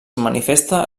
manifesta